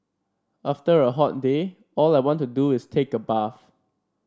after a hot day all I want to do is take a bath